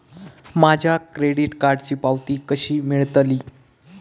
माझ्या क्रेडीट कार्डची पावती कशी मिळतली?